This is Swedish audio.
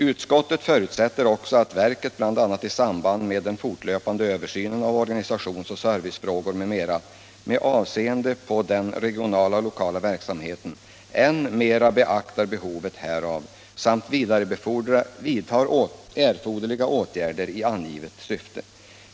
Utskottet förutsätter också att verket, bl.a. i samband med den fortlöpande översynen av organisationsoch servicefrågor m.m. med avseende på den regionala och lokala verksamheten, än mera beaktar behovet härav samt vidtar erforderliga åtgärder i angivet syfte.